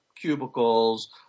cubicles